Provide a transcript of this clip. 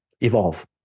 evolve